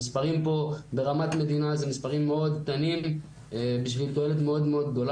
המספרים פה ברמת מדינה אלו מספרים מאוד קטנים בשביל תועלת מאוד גדולה.